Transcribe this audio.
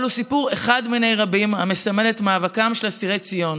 אבל הוא סיפור אחד מני רבים המסמל את מאבקם של אסירי ציון,